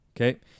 Okay